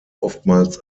oftmals